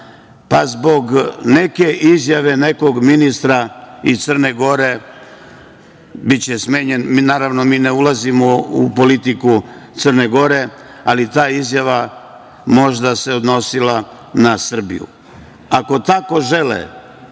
pa zbog neke izjave nekog ministra iz Crne Gore biće smenjen, naravno, mi ne ulazimo u politiku Crne Gore, ali ta izjava možda se odnosila na Srbiju. Ako tako žele